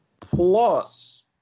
Plus